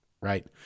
right